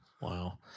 Wow